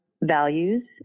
values